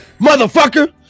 motherfucker